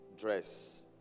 dress